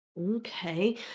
okay